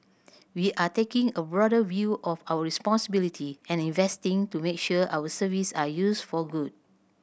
we are taking a broader view of our responsibility and investing to make sure our service are used for good